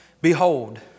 Behold